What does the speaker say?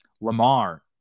Lamar